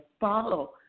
follow